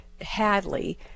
Hadley